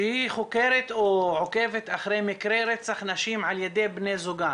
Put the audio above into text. שהיא חוקרת או עוקבת אחרי מקרי רצח נשים על ידי בני זוגן,